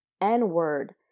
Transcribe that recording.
n-word